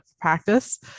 practice